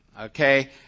okay